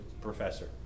professor